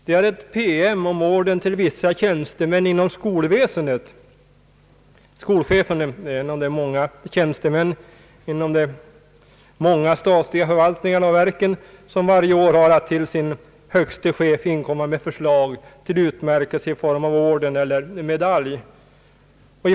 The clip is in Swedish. Det är en PM om orden till vissa tjänstemän inom skolväsendet. Skolchefer hör till de många tjänstemän inom statliga förvaltningar och verk som varje år har att till sin högste chef inkomma med förslag till utmärkelse i form av orden eller medalj.